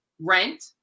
Rent